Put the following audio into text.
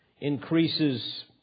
increases